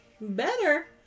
Better